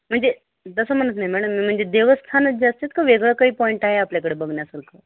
म्हणजे तसं म्हणत नाही मॅडम म्हणजे देवस्थानच जास्तीत का वेगळं काही पॉईंट आहे आपल्याकडे बघण्यासारखं